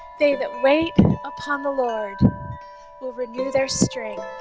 they that wait upon the lord will renew their strength